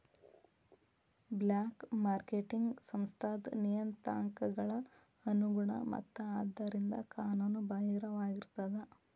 black marketing ಸಂಸ್ಥಾದ್ ನಿಯತಾಂಕಗಳ ಅನುಗುಣ ಮತ್ತ ಆದ್ದರಿಂದ ಕಾನೂನು ಬಾಹಿರವಾಗಿರ್ತದ